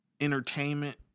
entertainment